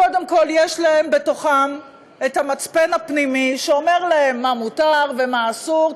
קודם כול יש להם בתוכם המצפן הפנימי שאומר להם מה מותר ומה אסור.